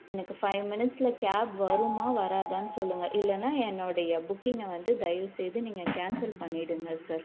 எனக்கு ஃபைவ் மினிட்ஸ்சில் கேப் வருமா வராதான்னு சொல்லுங்கள் இல்லைனா என்னுடைய புக்கிங்கை வந்து தயவு செய்து நீங்கள் கேன்சல் பண்ணிவிடுங்க சார்